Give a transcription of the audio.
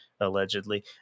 allegedly